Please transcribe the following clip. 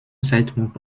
zeitpunkt